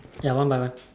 ya one by one